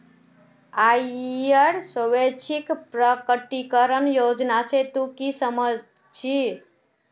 आइर स्वैच्छिक प्रकटीकरण योजना से तू की समझ छि